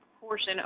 portion